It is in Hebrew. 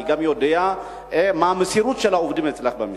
אני גם יודע מה המסירות של העובדים אצלך במשרד.